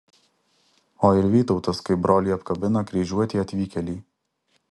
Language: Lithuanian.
o ir vytautas kaip brolį apkabina kryžiuotį atvykėlį